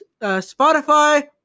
Spotify